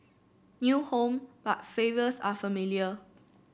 new home but flavors are familiar